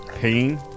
pain